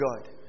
God